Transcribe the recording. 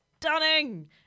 stunning